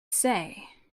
say